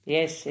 Yes